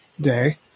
day